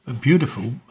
beautiful